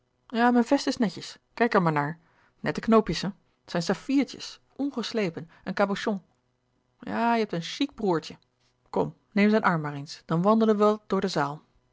ja mijn vest is netjes kijk er maar naar nette knoopjes hè het zijn saffiertjes ongeslepen en cabochon ja je hebt een chic broêrtje kom neem zijn arm maar eens dan wandelen we wat door de zaal